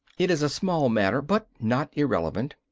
it is a small matter, but not irrelevant,